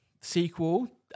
sequel